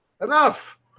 Enough